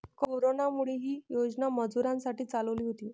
कोरोनामुळे, ही योजना मजुरांसाठी चालवली होती